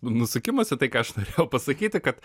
nusukimas į ką aš norėjau pasakyti kad